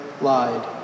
lied